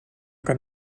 kan